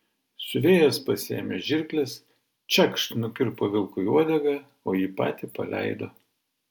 siuvėjas pasiėmė žirkles čekšt nukirpo vilkui uodegą o jį patį paleido